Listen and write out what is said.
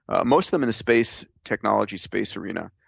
ah most of them in the space technology, space arena.